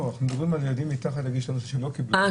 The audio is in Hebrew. לא.